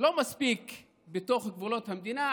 לא מספיק בתוך גבולות המדינה,